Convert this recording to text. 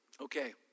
Okay